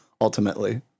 ultimately